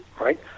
right